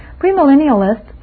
Premillennialists